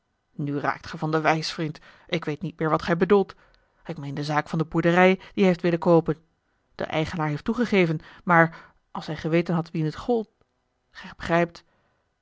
nu raakt ge van de wijs vriend ik weet niet meer wat gij bedoelt ik meen de zaak van de boerderij die hij heeft willen a l g bosboom-toussaint de delftsche wonderdokter eel de eigenaar heeft toegegeven maar als hij geweten had wien t gold gij begrijpt